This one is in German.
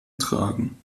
tragen